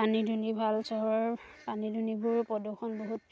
পানী দুনি ভাল চহৰৰ পানী দুনিবোৰ প্ৰদূষণ বহুত